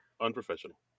Unprofessional